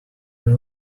they